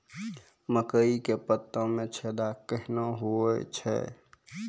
मकई के पत्ता मे छेदा कहना हु छ?